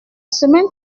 semaine